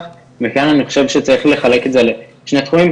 וכאן אני חושב שצריך לחלק את זה לשני תחומים,